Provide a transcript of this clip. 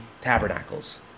tabernacles